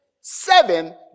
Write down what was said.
seven